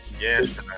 Yes